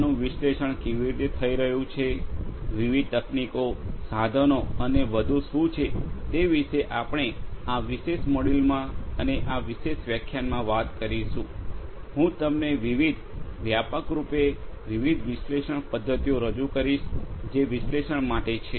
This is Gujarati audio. તેનું વિશ્લેષણ કેવી રીતે થઈ રહ્યું છે વિવિધ તકનીકો સાધનો અને વધુ શું છે તે વિશે આપણે આ વિશેષ મોડ્યુલમાં અને આ વિશેષ વ્યાખ્યાનમાં વાત કરીશું હું તમને વિવિધ વ્યાપકરૂપે વિવિધ વિશ્લેષણ પદ્ધતિઓ રજૂ કરીશ જે વિશ્લેષણ માટે છે